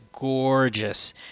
gorgeous